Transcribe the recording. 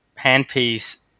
handpiece